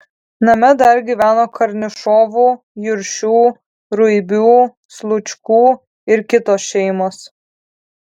name dar gyveno karnišovų juršių ruibių slučkų ir kitos šeimos